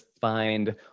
find